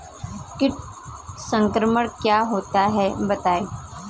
कीट संक्रमण क्या होता है बताएँ?